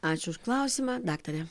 ačiū už klausimą daktare